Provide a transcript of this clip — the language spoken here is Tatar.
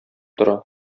тора